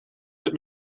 but